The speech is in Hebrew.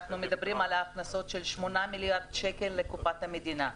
אנו מדברים על הכנסות של 8 מיליארד שקל לקופת המדינה,